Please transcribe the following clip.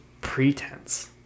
pretense